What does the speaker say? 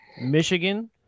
Michigan